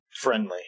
Friendly